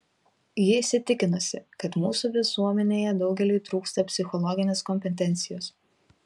ji įsitikinusi kad mūsų visuomenėje daugeliui trūksta psichologinės kompetencijos